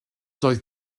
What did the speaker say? doedd